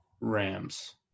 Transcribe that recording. Rams